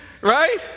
right